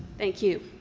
thank you.